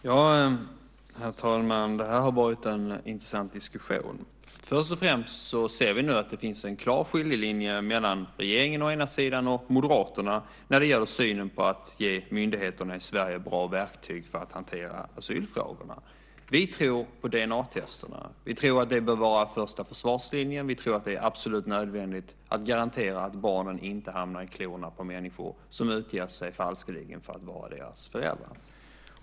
Herr talman! Det här har varit en intressant diskussion. Först och främst ser vi nu att det finns en klar skiljelinje mellan regeringen å ena sidan och Moderaterna å andra sidan när det gäller synen på att ge myndigheterna i Sverige bra verktyg för att hantera asylfrågorna. Vi tror på DNA-testen. Vi tror att det bör vara första försvarslinjen. Vi tror att det är absolut nödvändigt att garantera att barnen inte hamnar i klorna på människor som falskeligen utger sig för att vara deras föräldrar.